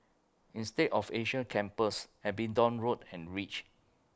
Insead of Asia Campus Abingdon Road and REACH